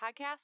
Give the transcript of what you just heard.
Podcast